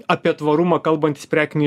apie tvarumą kalbantys prekiniai